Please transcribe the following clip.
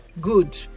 good